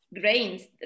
grains